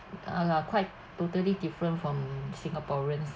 are quite totally different from singaporeans